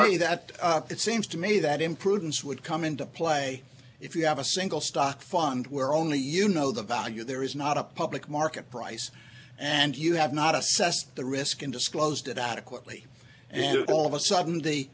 army that it seems to me that imprudence would come into play if you have a single stock fund where only you know the value there is not a public market price and you have not assessed the risk in disclosed it adequately and all of a sudden the